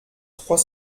trois